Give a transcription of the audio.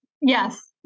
Yes